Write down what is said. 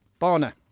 Barna